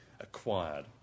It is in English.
acquired